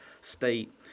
state